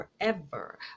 forever